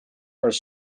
are